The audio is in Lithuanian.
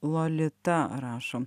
lolita rašo